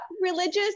religious